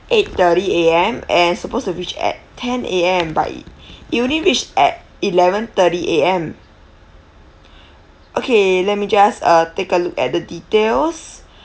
eight thirty A_M and supposed to reach at ten A_M but it it only reached at eleven thirty A_M okay let me just uh take a look at the details